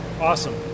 awesome